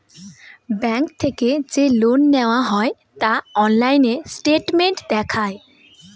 bank থেকে যে loan নেওয়া হয় তা অনলাইন স্টেটমেন্ট দেখায়